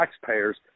taxpayers